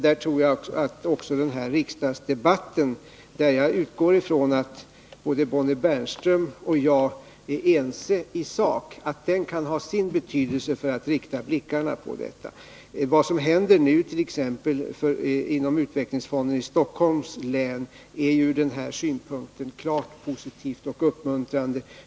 Där tror jag att också den här riksdagsdebatten, där jag utgår ifrån att Bonnie Bernström och jag är ense i sak, kan ha sin betydelse för att rikta blickarna på detta. Vad som nu händer exempelvis inom utvecklingsfonden i Stockholms län är ur den här synpunkten klart positivt och uppmuntrande.